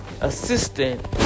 assistant